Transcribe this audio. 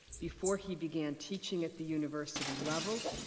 before he began teaching at the university level,